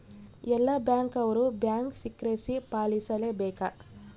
ಎಲ್ಲ ಬ್ಯಾಂಕ್ ಅವ್ರು bank secrecy ಪಾಲಿಸಲೇ ಬೇಕ